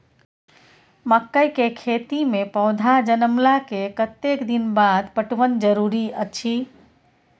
मकई के खेती मे पौधा जनमला के कतेक दिन बाद पटवन जरूरी अछि?